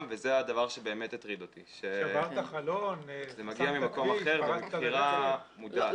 אני שוקלת פחות מ-45 קילו וקיבלתי מכה של כנראה 70